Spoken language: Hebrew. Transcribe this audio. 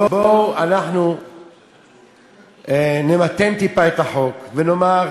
בואו אנחנו נמתן טיפה את החוק ונאמר